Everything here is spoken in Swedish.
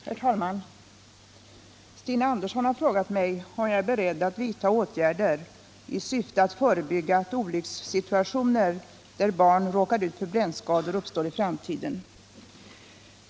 Herr talman! Stina Andersson har frågat mig om jag är beredd att vidta åtgärder i syfte att förebygga att olyckssituationer där barn råkar ut för brännskador uppstår i framtiden.